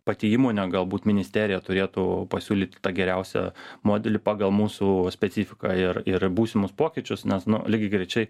pati įmonė galbūt ministerija turėtų pasiūlyti tą geriausią modelį pagal mūsų specifiką ir ir būsimus pokyčius nes nu lygiagrečiai